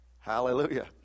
Hallelujah